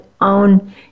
own